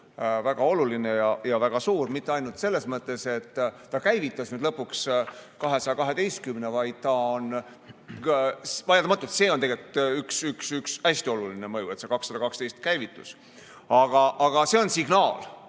väga oluline ja väga suur. Mitte ainult selles mõttes, et ta käivitas nüüd lõpuks 212 – ehkki vaieldamatult see on tegelikult üks hästi oluline mõju, et see 212 käivitus –, vaid see on signaal